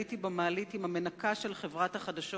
עליתי במעלית עם המנקה של חברת החדשות,